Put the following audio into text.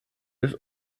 des